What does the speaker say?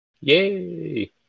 Yay